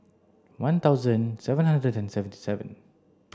one thousand seven hundred and seventy seven